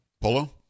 Polo